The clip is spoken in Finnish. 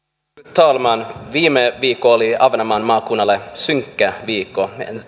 talman viime viikko oli ahvenanmaan maakunnalle synkkä viikko